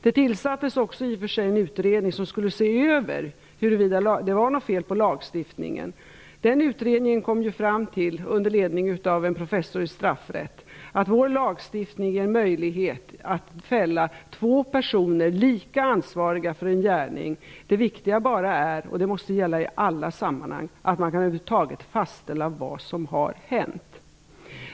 Det tillsattes i och för sig också en utredning, som skulle se över huruvida det var något fel på lagstiftningen. Den utredningen, under ledning av en professor i straffrätt, kom fram till att vår lagstiftning ger möjlighet att fälla två personer lika ansvariga för en gärning. Det viktiga är - och det måste gälla i alla sammanhang - att man över huvud kan fastställa vad som har hänt.